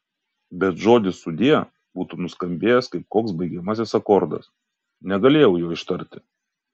bet žodis sudie būtų nuskambėjęs kaip koks baigiamasis akordas negalėjau jo ištarti